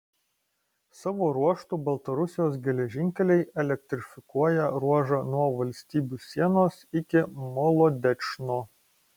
savo ruožtu baltarusijos geležinkeliai elektrifikuoja ruožą nuo valstybių sienos iki molodečno